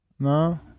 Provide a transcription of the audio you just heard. No